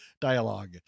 dialogue